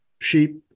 sheep